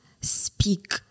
speak